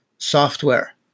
software